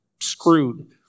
screwed